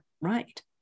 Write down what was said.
right